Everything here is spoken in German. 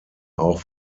auch